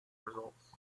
results